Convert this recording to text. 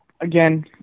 again